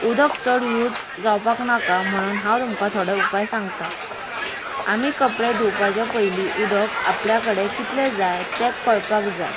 उदक चड यूज जावपाक नाका म्हणोन हांव तुमकां थोडे उपाय सांगता आमी कपडे धुवपाचे पयली उदक आपल्या कडे कितले जाय ते कळपाक जाय